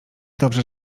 dobrze